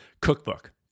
Cookbook